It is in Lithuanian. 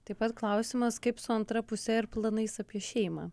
taip pat klausimas kaip su antra puse ir planais apie šeimą